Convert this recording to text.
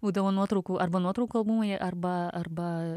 būdavo nuotraukų arba nuotraukų albumai arba arba